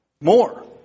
More